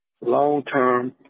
long-term